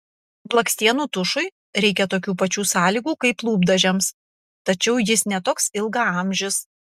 blakstienų tušui reikia tokių pačių sąlygų kaip lūpdažiams tačiau jis ne toks ilgaamžis